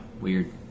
Weird